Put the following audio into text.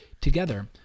Together